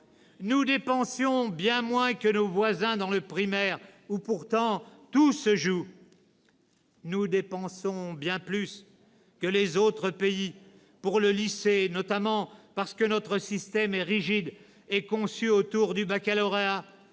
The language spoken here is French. Nous dépensons bien moins que nos voisins dans le primaire, où pourtant tout se joue. Nous dépensons bien plus que les autres pays pour le lycée, notamment parce que notre système est rigide et conçu autour du baccalauréat,